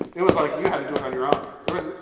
it was like you had to do it on your own. there was,